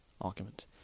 argument